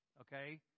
Okay